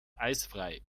eisfrei